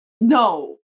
No